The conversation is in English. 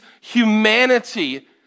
humanity